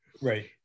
Right